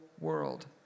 world